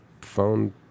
phone